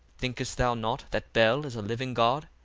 thinkest thou not that bel is a living god?